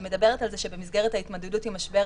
שמדברת על זה שבמסגרת ההתמודדות עם משבר